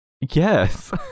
Yes